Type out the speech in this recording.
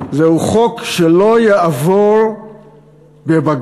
זהו חוק שלא יעבור בבג"ץ.